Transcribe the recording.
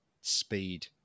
Speed